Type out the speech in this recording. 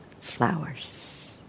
flowers